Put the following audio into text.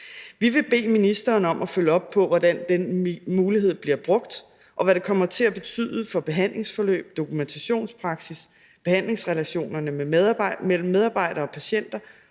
Vi vil bede ministeren om at følge op på, hvordan den mulighed bliver brugt, og hvad det kommer til at betyde for behandlingsforløb, dokumentationspraksis, behandlingsrelationerne mellem medarbejdere og patienter